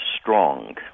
strong